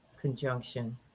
conjunction